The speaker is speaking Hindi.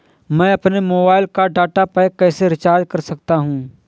मैं अपने मोबाइल का डाटा पैक कैसे रीचार्ज कर सकता हूँ?